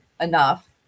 enough